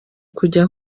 kujya